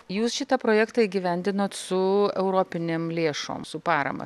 jūs šitą projektą įgyvendinot su europinėm lėšom su parama